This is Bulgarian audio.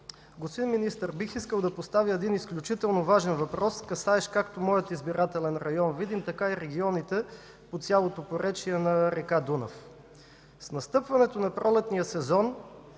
Господин Министър, бих искал да поставя изключително важен въпрос, касаещ както моя избирателен район Видин, така и регионите по цялото поречие на река Дунав. С настъпването на пролетния сезон